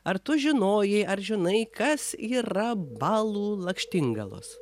ar tu žinojai ar žinai kas yra balų lakštingalos